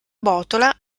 botola